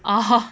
orh